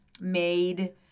made